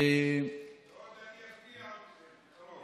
ועוד אני אפתיע אתכם בקרוב.